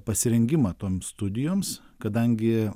pasirengimą toms studijoms kadangi